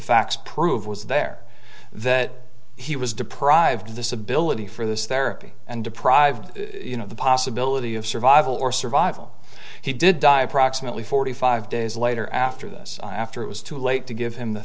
facts prove was there that he was deprived of this ability for this therapy and deprived you know the possibility of survival or survival he did die approximately forty five days later after this after it was too late to give him the